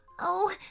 Oh